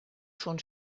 schon